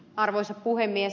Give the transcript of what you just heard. arvoisa puhemies